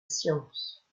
science